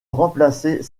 remplacer